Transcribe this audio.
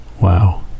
Wow